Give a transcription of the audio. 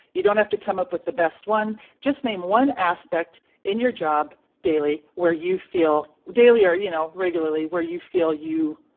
you don't have to come up with the best one, just name one aspect in your job daily where you feel daily, or you know regularly where you feel you.